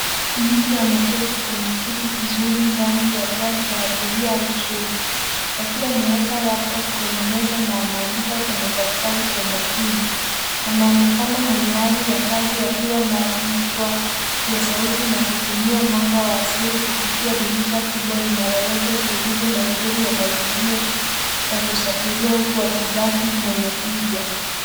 Mtu ameketi kwenye kiti kizuri ndani ya gari la abiria au treni akiwa ameweka laptop kwenye meza na anaandika kwenye daftari kwa umakini. Anaonekana mwenye hali ya kazi akiwa na vichwa vya sauti na kutumia mwanga wa asili kupitia dirisha kubwa linaloleta utulivu na uzuri wa mazingira ya kusafiria huku akibaki mwenye tija.